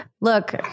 Look